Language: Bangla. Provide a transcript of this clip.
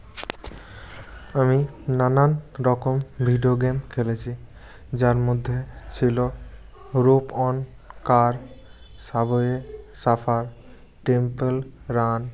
আমি নানান রকম ভিডিও গেম খেলেছি যার মধ্যে ছিলো rope on car Subway Surfer Temple run